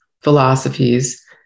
philosophies